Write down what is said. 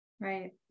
Right